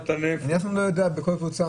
אני אף פעם לא יודע בכל קבוצה,